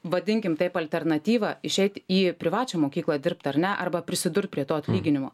vadinkim taip alternatyvą išeit į privačią mokyklą dirbt ar ne arba prisidurt prie to atlyginimo